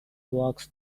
walks